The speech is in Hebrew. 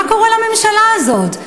מה קורה לממשלה הזאת?